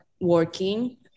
working